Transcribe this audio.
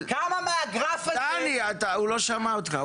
כמה מהגרף הזה --- דני, הוא לא שמע אותך.